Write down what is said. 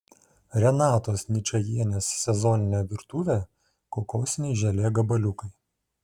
renatos ničajienės sezoninė virtuvė kokosiniai želė gabaliukai